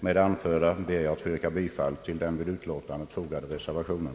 Med det anförda ber jag att få yrka bifall till den vid utlåtandet fogade reservationen.